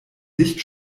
licht